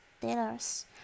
dealers